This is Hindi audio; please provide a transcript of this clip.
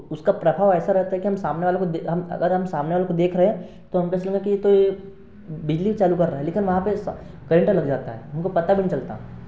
उसका प्रभाव ऐसा रहता है कि हम सामने वाले को देख हम अगर हम सामने वाले को देख रहे हैं तो हमको ऐसे लगेगा कि तो यह बिजली चालू कर रहा है लेकिन वहाँ पर करंट लग जाता है हमको पता भी नहीं चलता